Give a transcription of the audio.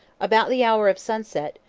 about the hour of sunset,